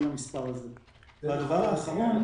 הדבר האחרון הוא